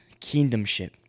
kingdomship